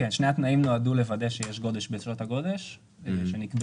התנאים נועדו לוודא שיש גודש בשעות הגודש שנקבעו,